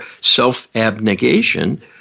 self-abnegation